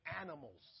animals